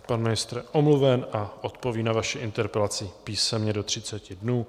Pan ministr je omluven a odpoví na vaši interpelaci písemně do třiceti dnů.